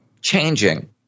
changing